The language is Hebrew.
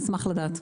אני אשמח לדעת.